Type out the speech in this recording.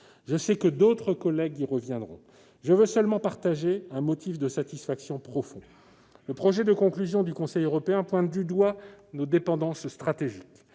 je sais que d'autres collègues y reviendront. Je veux seulement partager un motif de satisfaction profonde : le projet de conclusions du Conseil européen pointe du doigt nos dépendances stratégiques.